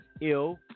ill